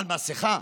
על מסכה.